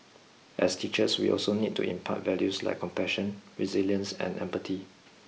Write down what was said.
as teachers we also need to impart values like compassion resilience and empathy